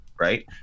Right